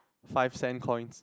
five cents coin